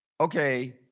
okay